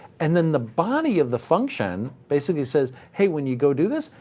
and then the body of the function basically says, hey, when you go do this,